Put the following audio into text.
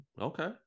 Okay